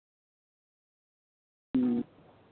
ᱦᱩᱸ